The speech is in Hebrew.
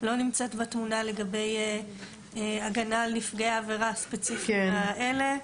לא נמצאת בתמונה לגבי הגנה על נפגעי עבירה הספציפיים האלה,